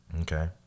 Okay